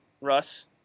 Russ